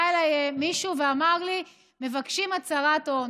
בא אליי מישהו ואמר לי: מבקשים הצהרת הון.